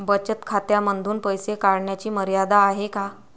बचत खात्यांमधून पैसे काढण्याची मर्यादा आहे का?